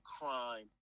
crime